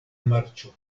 marĉo